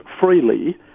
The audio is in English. freely